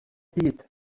hyd